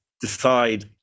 decide